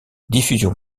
diffusion